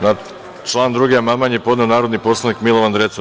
Na član 2. amandman je podneo narodni poslanik Milovan Drecun.